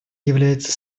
является